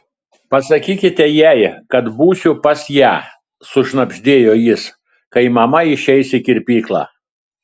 pasakykite jai kad būsiu pas ją sušnabždėjo jis kai mama išeis į kirpyklą